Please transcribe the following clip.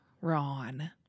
Ron